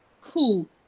cool